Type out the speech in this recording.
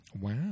Wow